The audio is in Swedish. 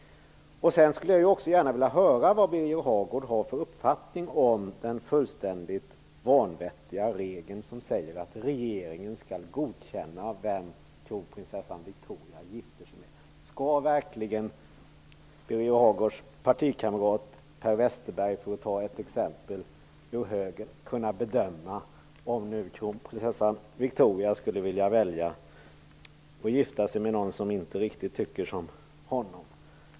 Jag skulle också gärna vilja höra vilken uppfattning Birger Hagård har om den fullständigt vanvettiga regeln som säger att regeringen skall godkänna den som kronprinsessan Victoria gifter sig med. Skall verkligen Birger Hagårds partikamrat Per Westerberg -- för att nämna någon i högen -- kunna bedöma om det är lämpligt att kronprinsessan t.ex. gifter med sig någon som inte tycker som han?